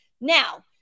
now